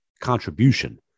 contribution